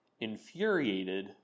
infuriated